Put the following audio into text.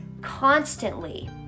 constantly